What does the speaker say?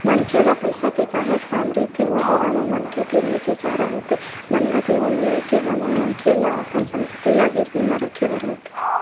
मनखे ल पइसा के काहेच काम रहिथे ओ बेरा म मनखे तीर एके चारा होथे बंधक लोन ले के मनखे ल अपन संपत्ति ल गिरवी म रखे बर होथे